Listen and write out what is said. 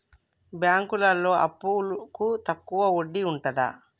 బ్యాంకులలో అప్పుకు తక్కువ వడ్డీ ఉంటదా?